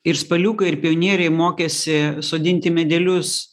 ir spaliukai ir pionieriai mokėsi sodinti medelius